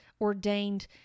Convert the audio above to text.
ordained